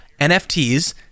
nfts